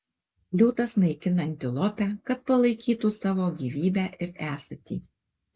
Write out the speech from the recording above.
liūtas naikina antilopę kad palaikytų savo gyvybę ir esatį